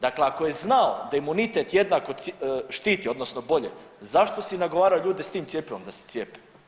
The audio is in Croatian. Dakle, ako je znao da imunitet jednako štiti, odnosno bolje zašto si nagovarao ljude s tim cjepivom da se cijepe?